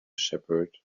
shepherd